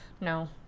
No